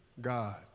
God